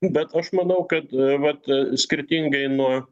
bet aš manau kad vat skirtingai nuo